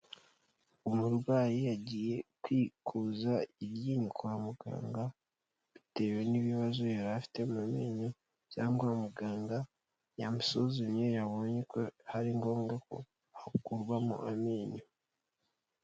Umurwayi yagiye kwikuza iryinyo kwa muganga, bitewe n'ibibazo yari afite mu menyo cyangwa muganga yamusuzumye yabonye ko ari ngombwa ko hakurwamo amenyo.